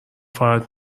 فقط